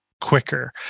quicker